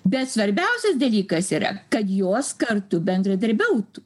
bet svarbiausias dalykas yra kad jos kartu bendradarbiautų